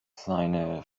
seine